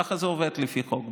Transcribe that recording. ככה זה עובד לפי חוק.